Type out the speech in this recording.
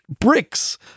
bricks